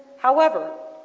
however,